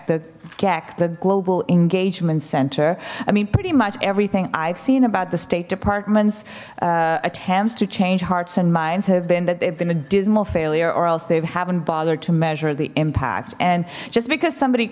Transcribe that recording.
jack the global engagement center i mean pretty much everything i've seen about the state department's attempts to change hearts and minds have been that they've been a dismal failure or else they've haven't bothered to measure the impact and just because somebody